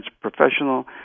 professional